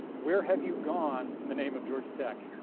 where have you gone in the name of georgia tech?